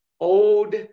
old